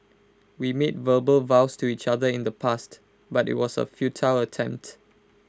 we made verbal vows to each other in the past but IT was A futile attempt